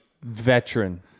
veteran